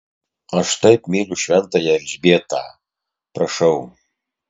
aš taip myliu šventąją elzbietą prašau